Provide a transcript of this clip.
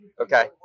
Okay